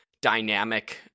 dynamic